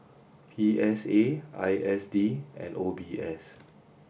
P S A I S D and O B S